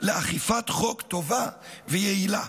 לאכיפת חוק טובה ויעילה'.